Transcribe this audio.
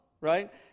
right